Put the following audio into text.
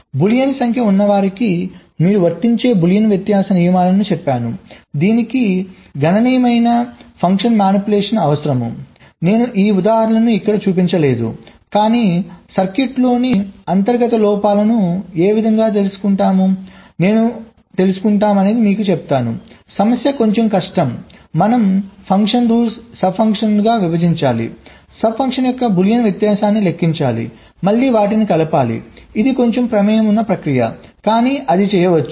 Boolean సంఖ్య ఉన్నవారికి మీరు వర్తించే బూలియన్ వ్యత్యాస నియమాలను చెప్పాను దీనికి గణనీయమైన ఫంక్షన్ మానిప్యులేషన్స్ అవసరం నేను ఈ ఉదాహరణలను ఇక్కడ చూపించలేదు కానీ సర్క్యూట్ లోని అంతర్గత లోపాలను ఏ విధముగా తెలుసుకుంటాము నేను మీకు చెప్తాను సమస్య కొంచెం కష్టం మనం ఫంక్షన్ రూల్స్ సబ్ ఫంక్షన్లను విభజించాలి సబ్ ఫంక్షన్ల యొక్క బూలియన్ వ్యత్యాసాన్ని లెక్కించాలి మళ్ళీ వాటిని కలపాలి ఇది కొంచెం ప్రమేయం ఉన్న ప్రక్రియ కానీ అది చేయవచ్చు